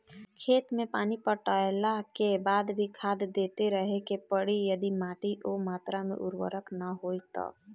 खेत मे पानी पटैला के बाद भी खाद देते रहे के पड़ी यदि माटी ओ मात्रा मे उर्वरक ना होई तब?